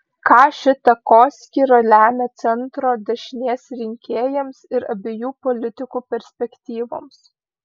ką ši takoskyra lemia centro dešinės rinkėjams ir abiejų politikių perspektyvoms